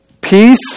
peace